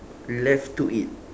left to it